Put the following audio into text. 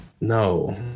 no